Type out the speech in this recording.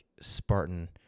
Spartan